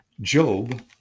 Job